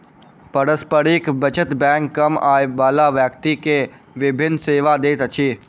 पारस्परिक बचत बैंक कम आय बला व्यक्ति के विभिन सेवा दैत अछि